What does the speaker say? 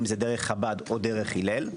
דרך חב"ד או דרך הלל,